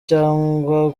cyangwa